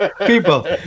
people